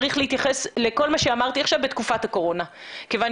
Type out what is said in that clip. צריך להתייחס לכל מה שאמרתי עכשיו בתקופת הקורונה כיוון